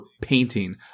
painting